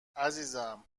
عزیزم